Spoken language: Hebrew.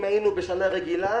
אם היינו בשנה רגילה,